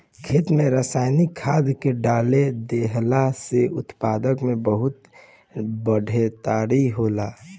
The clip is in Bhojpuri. खेत में रसायनिक खाद्य के डाल देहला से उत्पादन में बहुत बढ़ोतरी होखेला